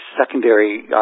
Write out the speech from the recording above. secondary